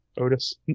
Otis